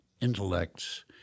intellects